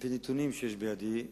שעל-פי נתונים שיש בידי,